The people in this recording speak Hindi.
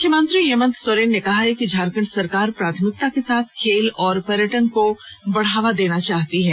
मुख्यमंत्री हेमंत सोरेन ने कहा है कि झारखंड सरकार प्राथमिकता के साथ खेल और पर्यटन को बढ़ावा देना चाहती है